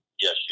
Yes